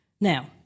Now